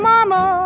Mama